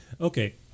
Okay